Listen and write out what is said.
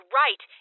right